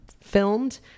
filmed